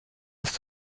jest